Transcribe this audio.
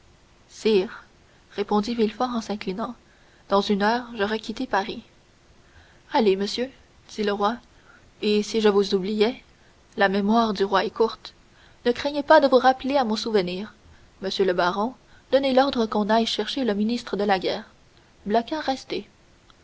sire répondit villefort en s'inclinant dans une heure j'aurai quitté paris allez monsieur dit le roi et si je vous oubliais la mémoire des rois est courte ne craignez pas de vous rappeler à mon souvenir monsieur le baron donnez l'ordre qu'on aille chercher le ministre de la guerre blacas